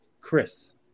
Chris